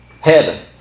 heaven